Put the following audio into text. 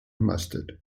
mustard